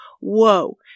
whoa